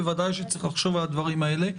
בוודאי שצריך לחשוב על הדברים האלה.